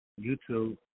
YouTube